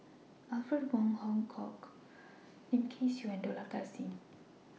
Alfred Wong Hong Kwok Lim Kay Siu and Dollah Kassim